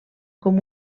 com